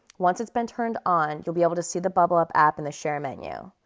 once it's been turned on, you'll be able to see the bublup app in the share menu.